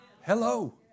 Hello